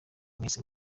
mwese